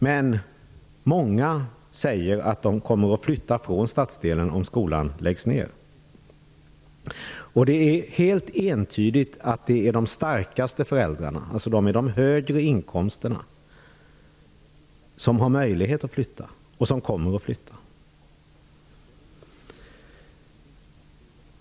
Men många säger att de kommer att flytta från stadsdelen om skolan läggs ned. Det är helt entydigt att det är de starkaste föräldrarna, alltså de med de högre inkomsterna, som har möjlighet att flytta och som kommer att flytta.